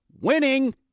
Winning